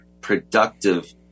productive